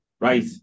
Right